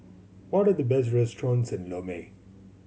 what are the best restaurants in Lome